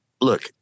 look